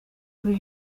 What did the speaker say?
kuri